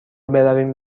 برویم